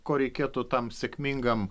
ko reikėtų tam sėkmingam